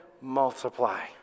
multiply